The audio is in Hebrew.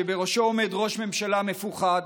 שבראשו עומד ראש ממשלה מפוחד,